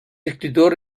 escritor